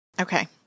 Okay